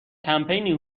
کمپینی